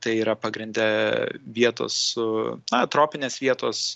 tai yra pagrinde vietos su na tropinės vietos